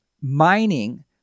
mining